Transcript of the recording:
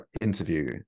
interview